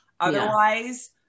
Otherwise